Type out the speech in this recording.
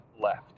left